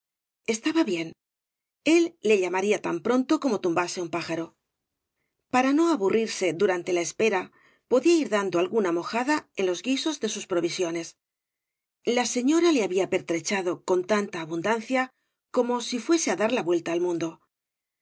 estaba bien él le llamaría tan pronto como tumbase un pájaro para no aburrirse durante la espera podía ir dando alguna mojada en los guisos de sus provisiones la señora le habla pertrechado con tanta abundancia como si fuese á dar la vuelta al mundo